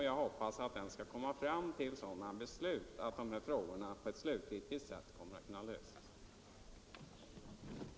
Jag hoppas att den skall nå fram till sådana beslut att dessa frågor på ett slutgiltigt sätt kan lösas. den det ej vill röstar nej. den det ej vill röstar nej.